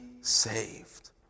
saved